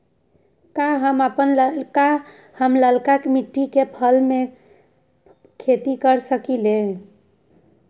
का हम लालका मिट्टी में फल के खेती कर सकेली?